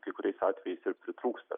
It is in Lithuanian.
kai kuriais atvejais ir pritrūksta